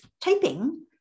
typing